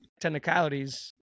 technicalities